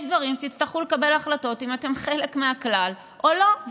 יש דברים שתצטרכו לקבל החלטות אם אתם חלק מהכלל או לא,